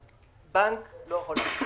הבנק לא יכול להחזיק